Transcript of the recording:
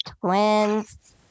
twins